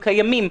הם קיימים.